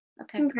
okay